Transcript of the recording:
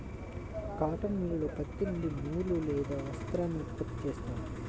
cotton మిల్లులో పత్తి నుండి నూలు లేదా వస్త్రాన్ని ఉత్పత్తి చేస్తారు